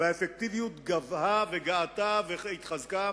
והאפקטיביות גבהה וגאתה והתחזקה